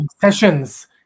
sessions